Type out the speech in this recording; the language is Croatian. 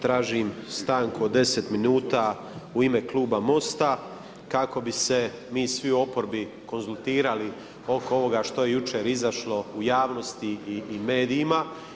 Tražim stanku od 10 minuta u ime kluba MOST-a kako bi se mi svi u oporbi konzultirali oko ovoga što je jučer izašlo u javnosti i medijima.